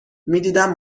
میدیدم